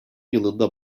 yılında